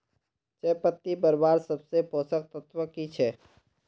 चयपत्ति बढ़वार सबसे पोषक तत्व की छे?